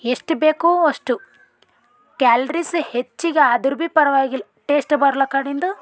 ಎಷ್ಟು ಬೇಕು ಅಷ್ಟು ಕ್ಯಾಲ್ರಿಸ್ ಹೆಚ್ಚಿಗೆ ಆದ್ರೂ ಭಿ ಪರ್ವಾಗಿಲ್ಲ ಟೇಸ್ಟು ಬರ್ಲಾಕಡಿಂದು